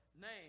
name